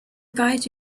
guide